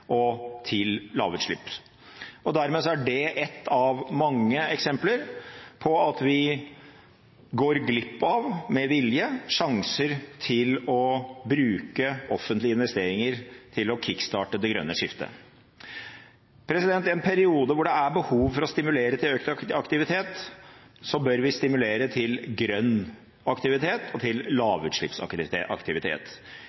og til lavutslipp. Dermed er det ett av mange eksempler på at vi med vilje går glipp av sjanser til å bruke offentlige investeringer til å kick-starte det grønne skiftet. I en periode hvor det er behov for å stimulere til økt aktivitet, bør vi stimulere til grønn aktivitet og til